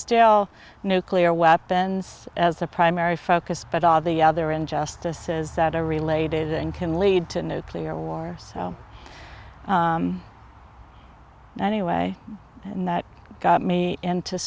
still nuclear weapons as the primary focus but all the other injustices that are related and can lead to nuclear wars anyway and that got me into